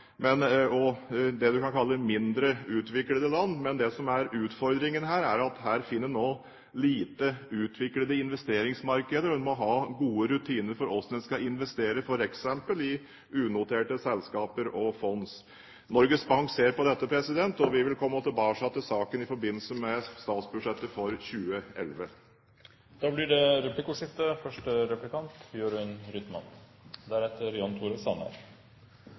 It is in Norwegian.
og det vi kan kalle mindre utviklede land, men det som er utfordringen, er at her finner man også lite utviklede investeringsmarkeder. Man må ha gode rutiner for hvordan man skal investere f.eks. i unoterte selskaper og fonds. Norges Bank ser på dette, og vi vil komme tilbake til saken i forbindelse med statsbudsjettet for 2011. Det blir replikkordskifte. Av tabell 6.2 i stortingsmeldingen framgår det